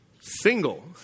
single